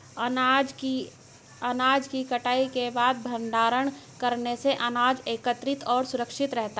अनाज की कटाई के बाद भंडारण करने से अनाज एकत्रितऔर सुरक्षित रहती है